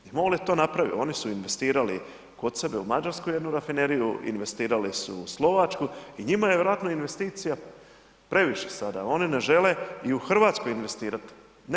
I MOL je to napravio, oni su investirali kod sebe u Mađarskoj, jednu rafineriju investirali su u Slovačku i njima je vjerojatno investicija previše sada, oni ne žele i u Hrvatskoj investirati.